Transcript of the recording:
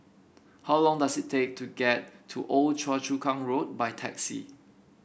how long does it take to get to Old Choa Chu Kang Road by taxi